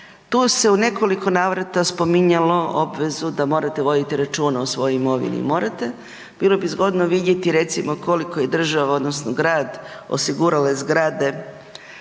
Tu se u nekoliko navrata spominjalo obvezu da morate voditi računa o svojoj imovini i morate, bilo bi zgodno vidjeti koliko je država odnosno grad osigurale zgrade